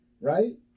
right